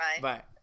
Bye